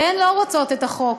והן לא רוצות את החוק,